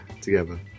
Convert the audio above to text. together